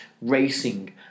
racing